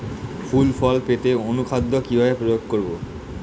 ফুল ফল পেতে অনুখাদ্য কিভাবে প্রয়োগ করব?